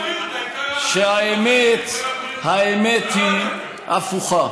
שהאמת היא הפוכה,